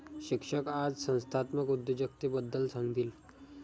शिक्षक आज संस्थात्मक उद्योजकतेबद्दल सांगतील